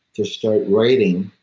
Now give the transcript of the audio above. to start writing